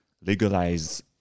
legalize